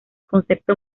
concepto